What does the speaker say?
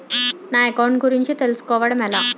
నా అకౌంట్ గురించి తెలుసు కోవడం ఎలా?